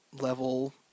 level